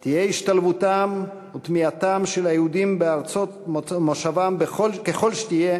תהיה השתלבותם וטמיעתם של היהודים בארצות מושבם ככל שתהיה,